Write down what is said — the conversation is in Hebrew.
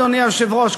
אדוני היושב-ראש,